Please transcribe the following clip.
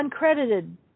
Uncredited